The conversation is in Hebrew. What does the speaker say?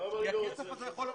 למה אני לא רוצה?